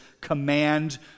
command